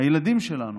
הילדים שלנו